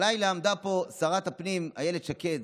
בלילה עמדה פה שרת הפנים אילת שקד,